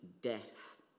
death